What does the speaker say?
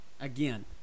Again